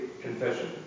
confession